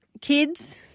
kids